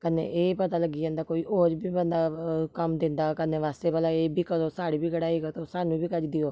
कन्नै एह् पता लग्गी जंदा कोई होर बी बंदा कम्म दिंदा करने बास्तै भला एह् बी करो साढ़ी बी कढाई करो सानूं बी करी देओ